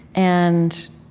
and